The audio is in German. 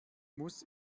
muss